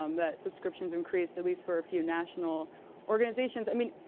um that subscriptions increased at least for a few national organizations. i mean,